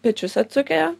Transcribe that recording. pečius atsukę